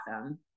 awesome